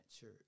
church